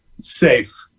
safe